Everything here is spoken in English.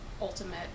ultimate